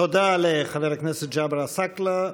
תודה לחבר הכנסת ג'אבר עסאקלה.